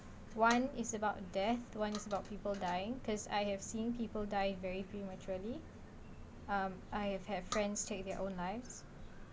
one is about death one is about people dying because I have seen people die very prematurely um I have have friends take their own lives